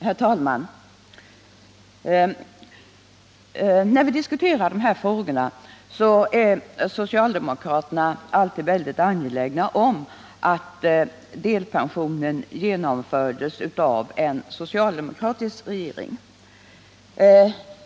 Herr talman! När vi diskuterar dessa frågor är socialdemokraterna alltid angelägna om att framhålla att delpensionen genomfördes av en socialdemokratisk regering.